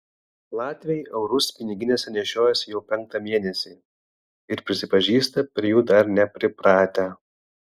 latviai eurus piniginėse nešiojasi jau penktą mėnesį ir prisipažįsta prie jų dar nepripratę